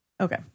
Okay